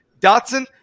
Dotson